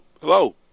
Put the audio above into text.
Hello